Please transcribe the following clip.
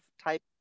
type